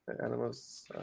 animals